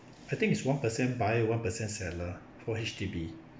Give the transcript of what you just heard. I think it's one per cent buyer one percent seller for H_D_B